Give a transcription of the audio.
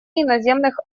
иноземных